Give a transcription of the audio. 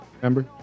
Remember